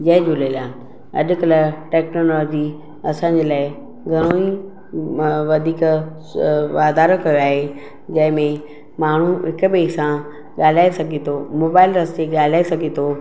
जय झूलेलाल अॼु कल्ह टेक्नोलॉजी असांजे लाइ घणोई वधीक वाधारो कराए जंहिं में माण्हू हिकु ॿिए सां ॻाल्हाए सघे थो मोबाइल रस्ते ॻाल्हाए सघे थो